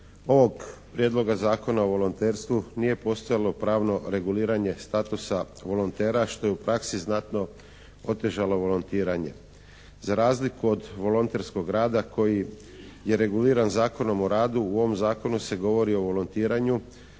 ovog Prijedloga zakona o volonterstvu nije postojalo pravno reguliranje statusa volontera što je u praksi znatno otežalo volontiranje. Za razliku od volonterskog rada koji je reguliran Zakonom o radu u ovom zakonu se govori o volontiranju.